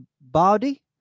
body